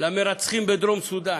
למרצחים בדרום סודאן.